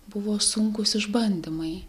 buvo sunkūs išbandymai